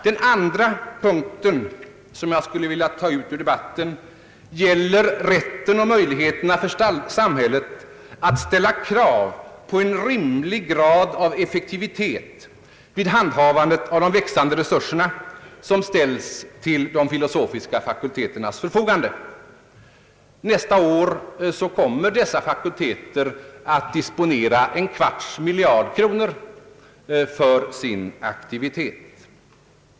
Den andra punkten som jag skulle vilja ta upp gäller rätten och möjligheterna för samhället att kräva en rimlig grad av effektivitet vid handhavandet av de växande resurser som ställs till de filosofiska fakulteternas förfogande. Nästa år kommer dessa fakulteter att disponera en kvarts miljard kronor för sin aktivitet.